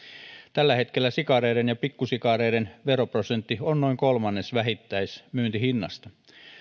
tällä hetkellä sikareiden ja pikkusikareiden veroprosentti on noin kolmannes vähittäismyyntihinnasta